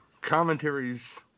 commentaries